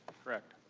correct.